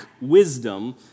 wisdom